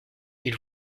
ils